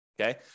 okay